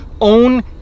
own